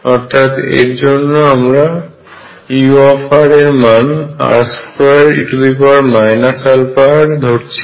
অর্থাৎ এর জন্য আমরা u এর মান r2e αr ধরছি